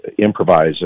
improvise